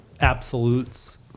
absolutes